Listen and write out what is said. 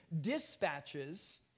dispatches